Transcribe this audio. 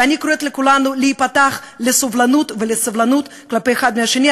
ואני קוראת לכולנו להיפתח לסובלנות ולסבלנות כלפי אחד מהשני.